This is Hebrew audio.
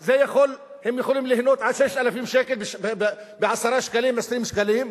הם יכולים ליהנות עד 6,000 שקל מ-10 שקלים או 20 שקלים.